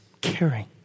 caring